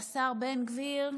והשר בן גביר נעלם.